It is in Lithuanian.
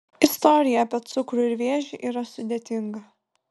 istorija apie cukrų ir vėžį yra sudėtinga